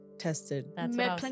tested